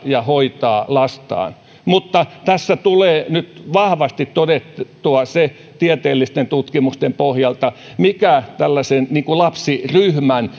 ja hoitaa lastaan mutta tässä tulee nyt vahvasti todettua se tieteellisten tutkimusten pohjalta mikä tällaisen lapsiryhmän